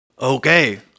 Okay